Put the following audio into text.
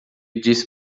disse